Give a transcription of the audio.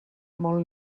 molt